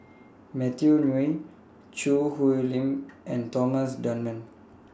Matthew Ngui Choo Hwee Lim and Thomas Dunman